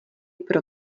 pro